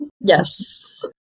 Yes